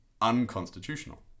unconstitutional